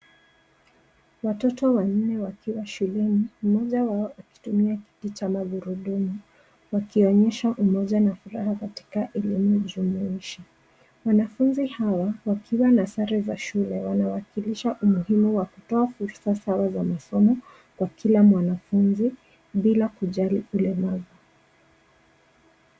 Watoto wanne wakiwa shuleni mmoja wa kutumia kiti cha magurudumu wakionyesha umoja na furaha katika elimu jumuishi, wanafunzi hawa wakiwa na sare za shule wanawakilisha umuhimu wa kutoa fursa sawa za masomo kwa kila mwanafunzi bila kujali ulemavu.